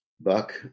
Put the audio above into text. buck